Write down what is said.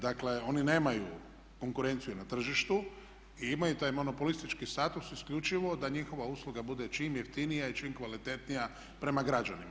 Dakle oni nemaju konkurenciju na tržištu i imaju taj monopolistički status isključivo da njihova usluga bude čim jeftinija i čim kvalitetnija prema građanima.